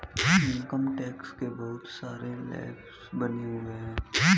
income tax के बहुत सारे स्लैब बने हुए हैं